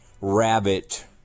rabbit